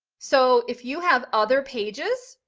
so if you have other pages,